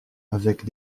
avec